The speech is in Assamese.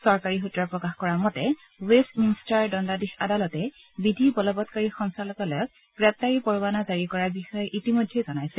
চৰকাৰী সূত্ৰই প্ৰকাশ কৰা মতে সংস্থাটোৱে ৱেষ্ট মিনছট্টাৰ দণ্ডাধীশ আদালতে বিধি বলৱৎকাৰী সঞ্চালকালয়ক গ্ৰেপ্তাৰী পৰৱানা জাৰি কৰাৰ বিষয়ে ইতিমধ্যে জনাইছে